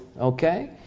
Okay